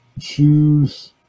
choose